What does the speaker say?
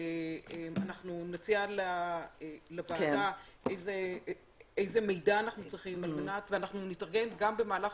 ואנחנו נציע לוועדה איזה מידע אנחנו צריכים ובמהלך